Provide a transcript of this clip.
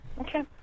Okay